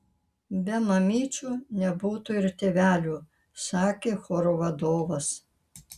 be mamyčių nebūtų ir tėvelių sakė choro vadovas